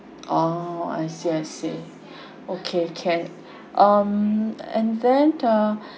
oh I see I see okay can um and then uh